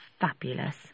fabulous